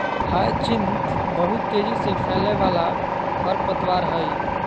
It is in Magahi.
ह्यचीन्थ बहुत तेजी से फैलय वाला खरपतवार हइ